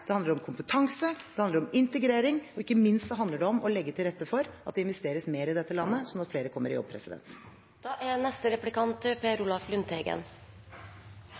det handler om kompetanse, det handler om integrering, og ikke minst handler det om å legge til rette for at det investeres mer i dette landet, slik at flere kommer i jobb. Statsråden la vekt på at utviklingen i arbeidslivet er svært viktig. Statsråden erkjente at forskjellene øker. Da